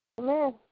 Amen